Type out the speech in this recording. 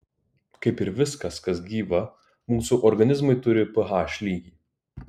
kaip ir viskas kas gyva mūsų organizmai turi ph lygį